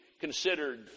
considered